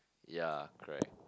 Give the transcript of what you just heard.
ya correct